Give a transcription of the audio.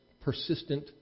persistent